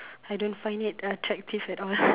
I don't find it attractive at all